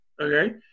okay